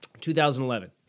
2011